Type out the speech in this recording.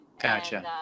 Gotcha